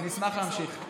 אני אשמח להמשיך.